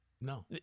No